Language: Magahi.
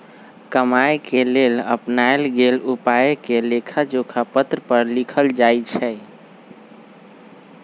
कमाए के लेल अपनाएल गेल उपायके लेखाजोखा पत्र पर लिखल जाइ छइ